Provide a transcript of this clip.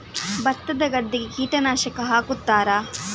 ಭತ್ತದ ಗದ್ದೆಗೆ ಕೀಟನಾಶಕ ಹಾಕುತ್ತಾರಾ?